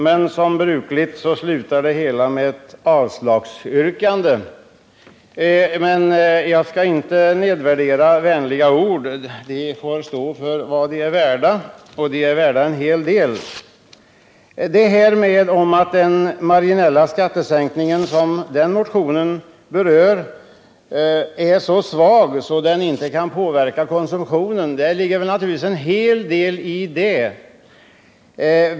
Men som brukligt är slutar det hela med ett avslagsyrkande. Jag skall dock inte nedvärdera de vänliga orden. De får stå för vad de är värda, och de är värda en hel del. I påståendet att den marginella skattesänkning som motionen berör är så svag att den inte kan påverka konsumtionen ligger naturligtvis mycket.